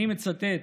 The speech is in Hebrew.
אני מצטט: